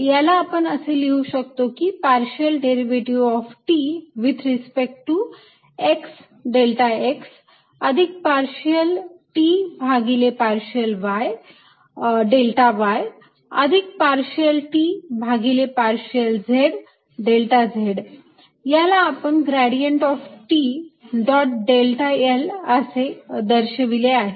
याला आपण असे लिहू शकतो की partial derivative of T with respect to x delta x अधिक पार्शियल T भागिले पार्शियल y डेल्टा y अधिक पार्शियल T भागिले पार्शियल z डेल्टा z याला आपण gradient of T dot delta l असे दर्शविले आहे